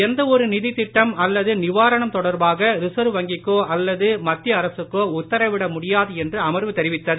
எந்தவொருநிதித்திட்டம்அல்லதுநிவாரணம்தொடர்பாகரி சர்வ்வங்கிக்கோஅல்லதுமத்தியஅரசுக்கோஉத்தரவிடமுடியாதுஎன்றுஅமர் வுதெரிவித்தது